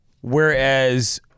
whereas